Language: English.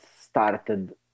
started